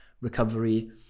recovery